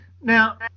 Now